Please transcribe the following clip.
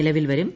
നിലവിൽ വരും